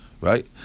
Right